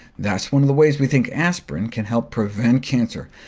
that's one of the ways we think aspirin can help prevent cancer,